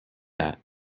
that